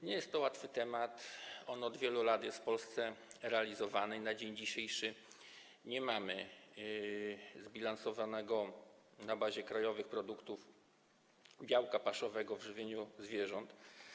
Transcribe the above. Nie jest to łatwy temat, on od wielu lat jest w Polsce poruszany i na dzień dzisiejszy nie mamy zbilansowanego na bazie krajowych produktów białka paszowego w żywieniu zwierząt.